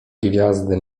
gwiazdy